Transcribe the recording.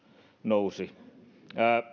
nousi